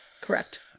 Correct